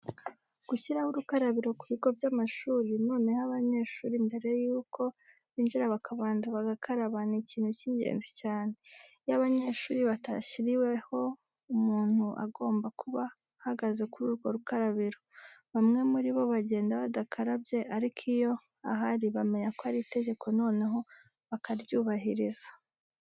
Gushyira urukarabiro ku bigo by'amashuri, noneho abanyeshuri mbere yuko binjira bakanza bagakaraba ni ikintu cy'ingenzi cyane. Iyo abanyeshuri batabashyiriyeho umuntu ugomba kuba ahagaze kuri urwo rukarabiro, bamwe muri bo bagenda badakarabye, ariko iyo ahari bamenya ko ari itegeko noneho bakaryubahiriza.